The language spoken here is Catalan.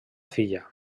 filla